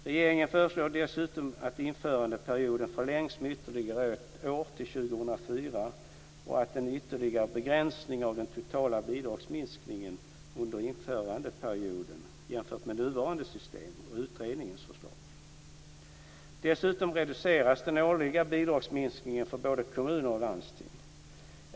Regeringen föreslår dessutom att införandeperioden förlängs med ytterligare ett år till år 2004 och en ytterligare begränsning av den totala bidragsminskningen under införandeperioden jämfört med nuvarande system och utredningens förslag. Dessutom reduceras den årliga bidragsminskningen för både kommuner och landsting.